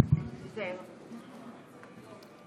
אני, אורנה ברביבאי, בת אליהו שוכטמן,